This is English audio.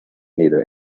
neither